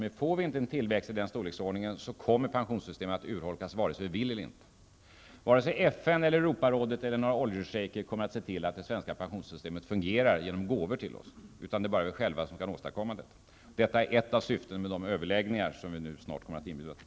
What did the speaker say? Men får vi inte en tillväxt i nämnda storleksordning kommer pensionssystemet att urholkas -- vare sig vi vill det eller inte och vare sig FN, Europarådet eller någon oljeshejk ser till att det svenska pensionssystemet fungerar genom gåvor till oss eller ej. Det är bara vi själva som kan åstadkomma något här. Detta är ett av syftena med de överläggningar som vi kommer att inbjuda till.